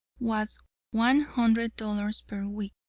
was one hundred dollars per week.